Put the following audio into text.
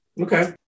Okay